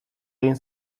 egin